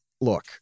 look